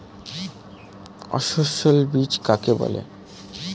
অসস্যল বীজ কাকে বলে?